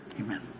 Amen